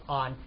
on